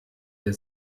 der